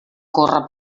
córrer